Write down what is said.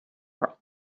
were